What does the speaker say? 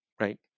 right